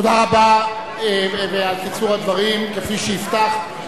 תודה רבה, ועל קיצור הדברים, כפי שהבטחת.